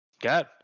Got